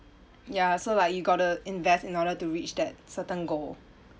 ya so like you gotta invest in order to reach that certain goal